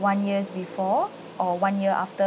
one years before or one year after